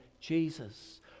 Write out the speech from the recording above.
Jesus